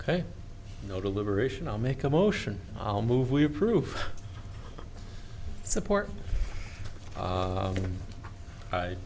ok no deliberation i'll make a motion i'll move we approve support